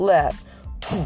Left